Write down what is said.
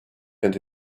and